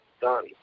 done